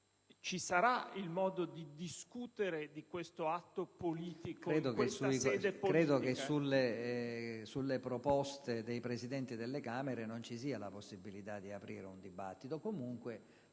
ci sarà pure il modo di discutere di questo atto politico